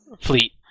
fleet